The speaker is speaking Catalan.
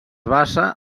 basa